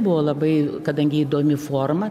buvo labai kadangi įdomi forma